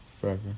forever